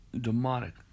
demonic